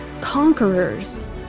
conquerors